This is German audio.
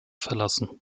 verlassen